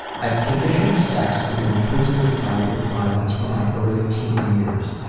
i've conditioned sex to be intrinsically tied with violence from my early teenage years.